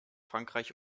frankreich